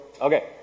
Okay